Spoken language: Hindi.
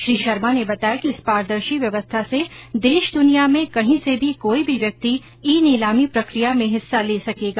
श्री शर्मा ने बताया कि इस पारदर्शी व्यवस्था से देश दुनिया में कहीं से भी कोई भी व्यक्ति ई नीलामी प्रक्रिया में हिस्सा ले सकेगा